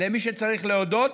למי שצריך להודות,